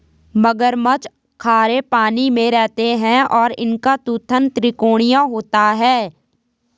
मगरमच्छ खारे पानी में रहते हैं और इनका थूथन त्रिकोणीय होता है